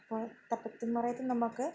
അപ്പോൾ തട്ടത്തിൻ മറയത്ത് നമുക്ക്